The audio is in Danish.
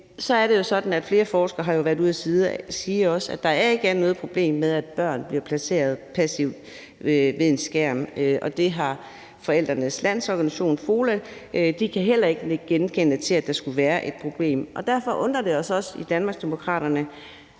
så er det sådan, at flere forskere har været ude at sige, at der ikke er noget problem med, at børn bliver placeret passivt ved en skærm, og FOLA – Forældrenes Landsorganisation kan heller ikke nikke genkendende til, at der skulle være et problem. Derfor undrer det os også i Danmarksdemokraterne,